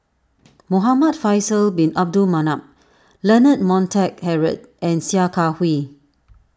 Muhamad Faisal Bin Abdul Manap Leonard Montague Harrod and Sia Kah Hui